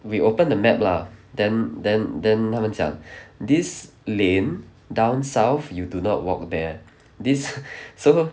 we open the map lah then then then 他们讲 this lane down south you do not walk there this so